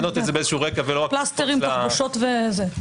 פלסטרים תחבושות וזה.